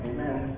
Amen